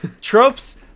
Tropes